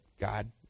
god